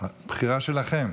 הבחירה שלכם.